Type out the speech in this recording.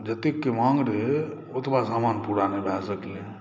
जतेक माँग रहै ओतबा समान पूरा नहि भऽ सकलै